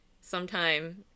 sometime